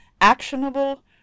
actionable